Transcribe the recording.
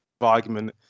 argument